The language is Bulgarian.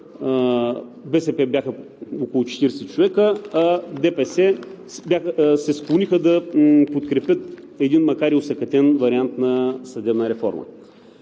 БСП бяха около 40 човека, а ДПС склониха да подкрепят, един макар и осакатен вариант на съдебна реформа.